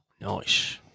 nice